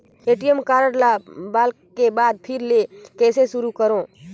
ATM card ल block के बाद फिर ले कइसे शुरू करव?